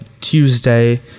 Tuesday